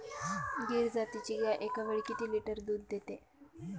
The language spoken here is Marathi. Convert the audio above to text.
गीर जातीची गाय एकावेळी किती लिटर दूध देते?